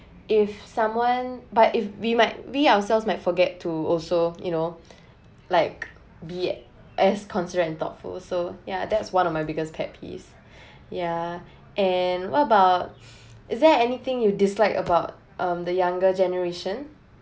if someone but if we might we ourselves might forget to also you know like be as considerate and thoughtful so ya that is one of my biggest pet peeve yeah and what about is there anything you dislike about um the younger generation